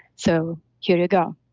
so here you go.